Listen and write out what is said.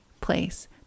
place